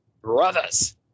Brothers